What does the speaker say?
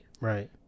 right